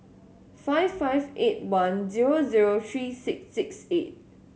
five five eight one zero zero three six six eight